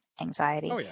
anxiety